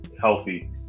healthy